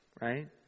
Right